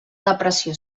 depressió